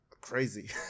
crazy